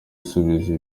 isubiza